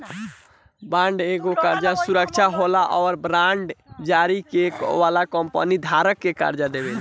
bond एगो कर्जा सुरक्षा होला आ बांड जारी करे वाली कंपनी धारक के कर्जा देवेले